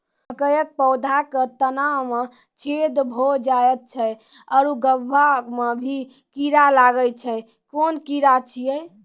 मकयक पौधा के तना मे छेद भो जायत छै आर गभ्भा मे भी कीड़ा लागतै छै कून कीड़ा छियै?